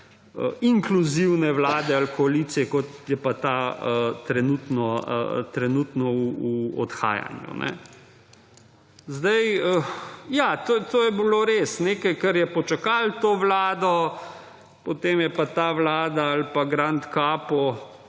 inkluzivne vlade ali koalicije, kot je ta trenutno v odhajanju. Ja, to je bilo res nekaj, kar je počakalo to vlado, potem je pa ta vlada ali pa grand capo